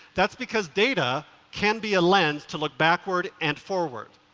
that's because data can be a lens to look backward and forward.